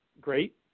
great